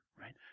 right